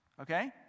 Okay